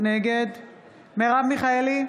נגד מרב מיכאלי,